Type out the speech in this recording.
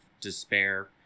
despair